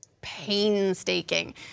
Painstaking